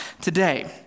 today